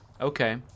Okay